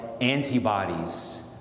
antibodies